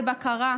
לבקרה.